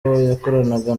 yakoranaga